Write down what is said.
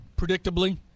predictably